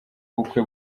bukwe